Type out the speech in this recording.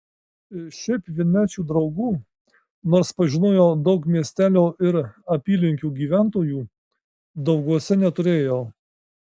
šiaip vienmečių draugų nors pažinojau daug miestelio ir apylinkių gyventojų dauguose neturėjau